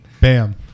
Bam